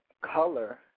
color